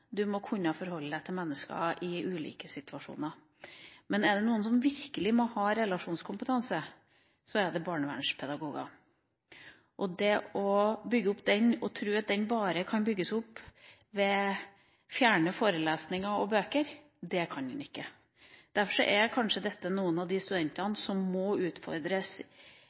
må kunne forholde seg til mennesker i ulike situasjoner. Men er det noen som virkelig må ha relasjonskompetanse, er det barnevernspedagoger. Det å tro at den bare kan bygges opp ved fjerne forelesninger og bøker, er feil – det kan den ikke. Derfor